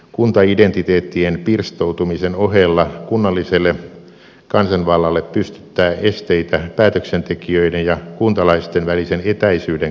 kuntaidentiteettien pirstoutumisen ohella kunnalliselle kansanvallalle pystyttää esteitä päätöksentekijöiden ja kuntalaisten välisen etäisyyden kasvaminen